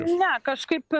ne kažkaip